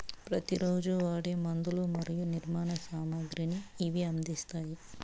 ప్రతి రోజు వాడే మందులు మరియు నిర్మాణ సామాగ్రిని ఇవి అందిస్తాయి